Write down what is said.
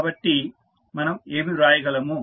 కాబట్టి మనం ఏమి వ్రాయగలము